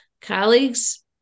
colleagues